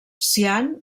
cian